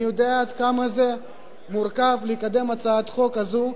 אני יודע עד כמה זה מורכב לקדם הצעת חוק כזאת,